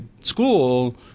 school